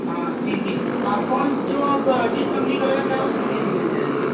हाँ जी जी आप कौन जो आप जिस कंपनी का लेना चाहो उस कंपनी की मिल जाएगी